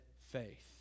faith